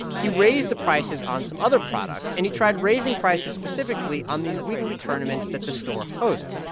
he raised the prices on some other products, and he tried raising prices specifically on these weekly tournaments that the store hosts.